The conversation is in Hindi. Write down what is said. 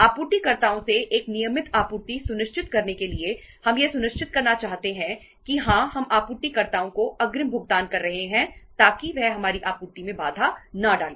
आपूर्तिकर्ताओं से एक नियमित आपूर्ति सुनिश्चित करने के लिए हम यह सुनिश्चित करना चाहते हैं कि हाँ हम आपूर्तिकर्ताओं को अग्रिम भुगतान कर रहे हैं ताकि वह हमारी आपूर्ति में बाधा न डालें